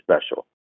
special